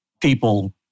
people